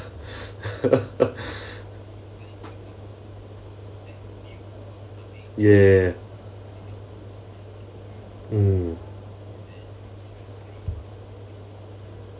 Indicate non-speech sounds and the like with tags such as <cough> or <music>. <laughs> ya mm